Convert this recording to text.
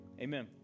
amen